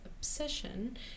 obsession